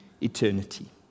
eternity